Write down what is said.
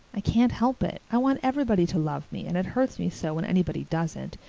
i can't help it. i want everybody to love me and it hurts me so when anybody doesn't.